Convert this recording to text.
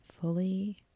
fully